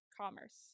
commerce